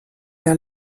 der